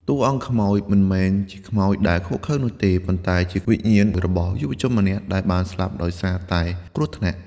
តួអង្គខ្មោចមិនមែនជាខ្មោចដែលឃោរឃៅនោះទេ ប៉ុន្តែជាវិញ្ញាណរបស់យុវជនម្នាក់ដែលបានស្លាប់ដោយសារតែគ្រោះថ្នាក់។